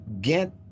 get